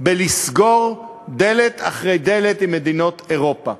בלסגור דלת אחרי דלת עם מדינות אירופה.